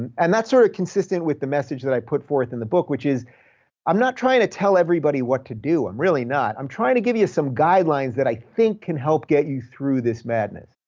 and that's sort of consistent with the message that i put forth in the book, which is i'm not trying to tell everybody what to do, i'm really not. i'm trying to give you some guidelines that i think can help get you through this madness.